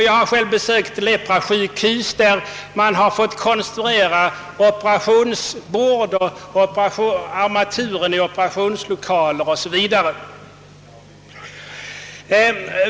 Jag har själv besökt leprasjukhus där man fått konstruera operationsbord, armatur i operationslokaler O. S. V.